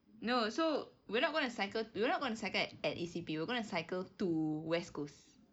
no so we're not going cycle to we're not going to cycle at at E_C_P we're going to cycle to west coast